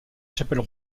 chapelle